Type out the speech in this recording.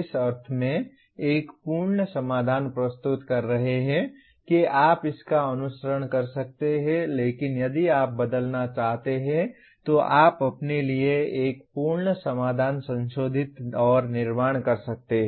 इस अर्थ में एक पूर्ण समाधान प्रस्तुत कर रहे हैं कि आप इसका अनुसरण कर सकते हैं लेकिन यदि आप बदलना चाहते हैं तो आप अपने लिए एक पूर्ण समाधान संशोधित और निर्माण कर सकते हैं